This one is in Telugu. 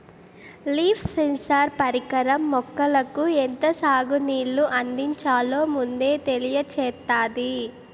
లీఫ్ సెన్సార్ పరికరం మొక్కలకు ఎంత సాగు నీళ్ళు అందించాలో ముందే తెలియచేత్తాది